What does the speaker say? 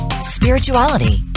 spirituality